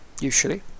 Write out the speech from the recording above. usually